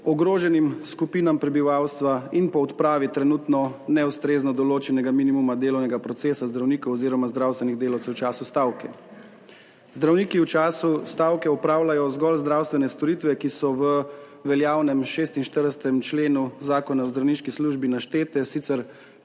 ogroženim skupinam prebivalstva in po odpravi trenutno neustrezno določenega minimuma delovnega procesa zdravnikov oziroma zdravstvenih delavcev v času stavke. Zdravniki v času stavke opravljajo zgolj zdravstvene storitve, ki so v veljavnem 46. členu Zakona o zdravniški službi naštete sicer